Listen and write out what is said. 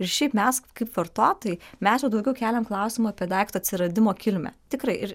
ir šiaip mes kaip vartotojai mes jau daugiau keliam klausimą apie daikto atsiradimo kilmę tikrai ir